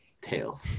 Tail